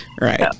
right